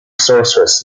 sorceress